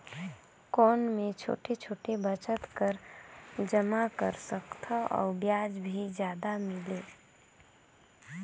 कौन मै छोटे छोटे बचत कर जमा कर सकथव अउ ब्याज भी जादा मिले?